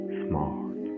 smart